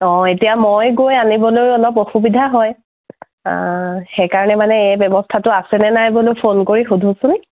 অঁ এতিয়া মই গৈ আনিবলৈ অলপ অসুবিধা হয় সেই কাৰণে মানে এই ব্যৱস্থাটো আছেনে নাই বোলো ফোন কৰি সোধোচোন